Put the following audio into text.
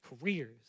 careers